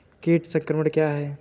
कीट संक्रमण क्या है?